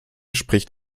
spricht